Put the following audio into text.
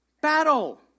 battle